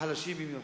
ועל החלשים במיוחד.